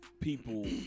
people